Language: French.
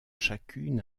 chacune